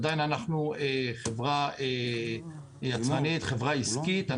אנחנו עדיין חברה יצרנית עסקית,